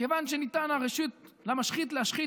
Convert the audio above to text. כיוון שניתנה הרשות למשחית להשחית,